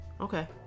okay